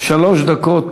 להצעות